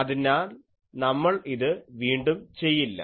അതിനാൽ നമ്മൾ ഇത് വീണ്ടും ചെയ്യില്ല